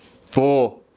four